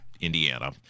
Indiana